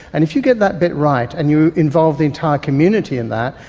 and if you get that bit right and you involve the entire community in that,